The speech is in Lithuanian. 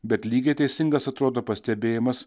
bet lygiai teisingas atrodo pastebėjimas